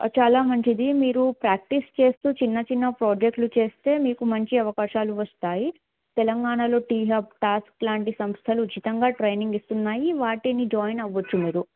చాలా మంచిది మీరు ప్రాక్టీస్ చేస్తు చిన్న చిన్న ప్రాజెక్టులు చేస్తే మీకు మంచి అవకాశాలు వస్తాయి తెలంగాణలో టీహప్ టాస్క్ లాంటి సంస్థలు ఉచితంగా ట్రైనింగ్ ఇస్తున్నాయి వాటిని జాయిన్ అవ్వచ్చు మీరు